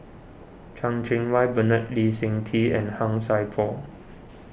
Chan Cheng Wah Bernard Lee Seng Tee and Han Sai Por